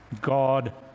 God